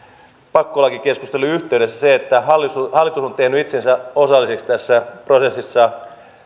pakkolakikeskustelujen yhteydessä että hallitus hallitus on tehnyt itsensä osalliseksi tässä prosessissa